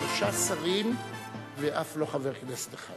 יש שלושה שרים על חבר כנסת אחד,